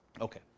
Okay